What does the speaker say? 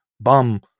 bum